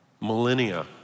millennia